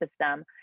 system